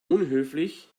unhöflich